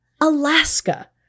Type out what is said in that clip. Alaska